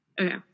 okay